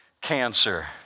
cancer